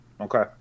Okay